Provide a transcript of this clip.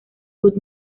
good